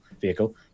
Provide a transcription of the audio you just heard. Vehicle